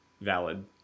valid